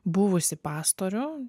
buvusį pastorių